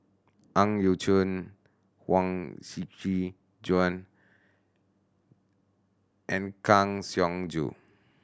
Ang Yau Choon Huang Shiqi Joan and Kang Siong Joo